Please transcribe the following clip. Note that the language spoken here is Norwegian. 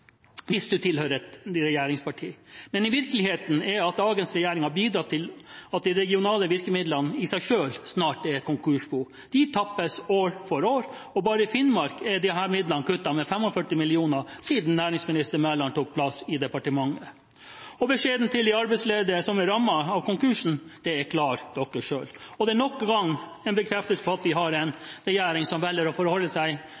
hvis du tilhører et regjeringsparti – men virkeligheten er at dagens regjering har bidratt til at de regionale virkemidlene i seg selv snart er et konkursbo. De tappes år for år, og bare i Finnmark er disse midlene kuttet med 45 mill. kr siden næringsminister Mæland tok plass i departementet. Beskjeden til de arbeidsledige som er rammet av konkursen, er: Klar dere selv. Det er nok en gang en bekreftelse på at vi har en regjering som velger å forholde seg